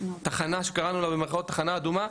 תחנה שקראנו לה "תחנה אדומה".